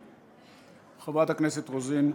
חברת הכנסת רוזין,